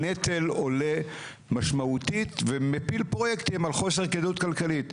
הנטל עולה משמעותית ומפיל פרויקטים על חוסר כדאיות כלכלית.